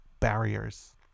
barriers